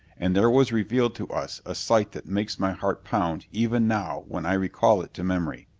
and there was revealed to us a sight that makes my heart pound even now when i recall it to memory.